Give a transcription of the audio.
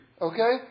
Okay